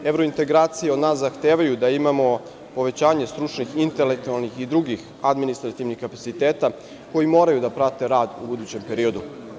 Evrointegracije od nas zahtevaju da imamo povećanje stručnih, intelektualnih i drugih administrativnih kapaciteta koji moraju da prate rad u budućem periodu.